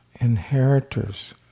inheritors